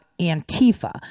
Antifa